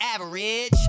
average